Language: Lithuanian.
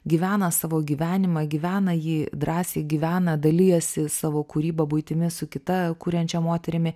gyvena savo gyvenimą gyvena jį drąsiai gyvena dalijasi savo kūryba buitimi su kita kuriančia moterimi